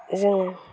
जोङो